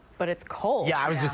but it's cold yeah i was just